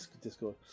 Discord